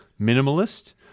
minimalist